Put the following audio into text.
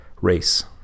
race